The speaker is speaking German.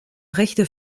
rechte